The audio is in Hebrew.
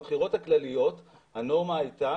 בבחירות הכלליות הנורמה הייתה,